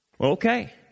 Okay